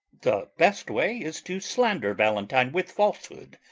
the best way is to slander valentine with falsehood,